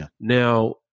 Now